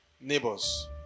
neighbors